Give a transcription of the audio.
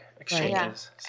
exchanges